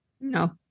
No